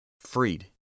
Freed